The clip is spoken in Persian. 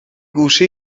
گوشه